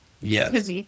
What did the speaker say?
Yes